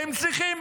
הם צריכים,